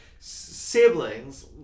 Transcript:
Siblings